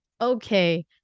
Okay